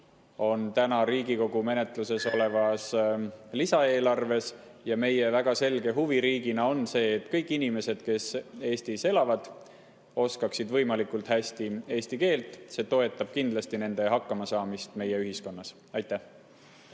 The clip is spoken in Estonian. on praegu Riigikogu menetluses olevas lisaeelarves. Meie väga selge huvi riigina on see, et kõik inimesed, kes Eestis elavad, oskaksid võimalikult hästi eesti keelt. See toetab kindlasti nende hakkamasaamist meie ühiskonnas. Nüüd